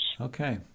Okay